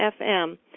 F-M